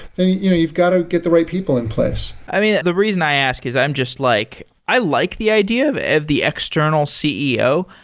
then you know you've got to get the right people in place. i mean, the reason i ask is i'm just like i like the idea, but the external ceo.